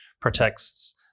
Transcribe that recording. protects